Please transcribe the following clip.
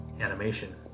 animation